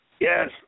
yes